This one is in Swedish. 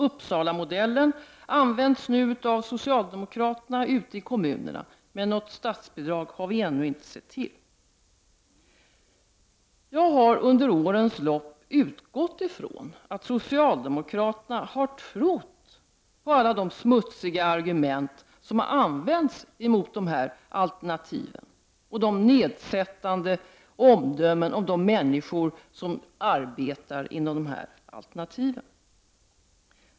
Uppsalamodellen används nu av socialdemokrater ute i kommunerna, men något statsbidrag har vi ännu inte sett till. Jag har under årens lopp utgått från att socialdemokraterna har trott på alla de smutsiga argument och de nedsättande omdömen som har använts om dessa alternativ och om de människor som arbetar där.